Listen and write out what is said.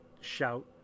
shout